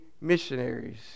missionaries